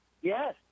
Yes